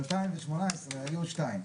ב-2018 היו שתיים.